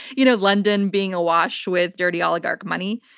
you know london being awash with dirty oligarch money,